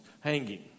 hanging